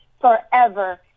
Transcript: forever